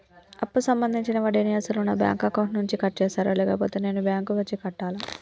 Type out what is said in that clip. అప్పు సంబంధించిన వడ్డీని అసలు నా బ్యాంక్ అకౌంట్ నుంచి కట్ చేస్తారా లేకపోతే నేను బ్యాంకు వచ్చి కట్టాలా?